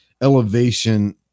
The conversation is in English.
elevation